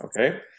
Okay